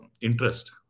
interest